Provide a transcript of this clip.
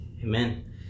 Amen